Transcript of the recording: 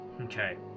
Okay